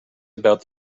about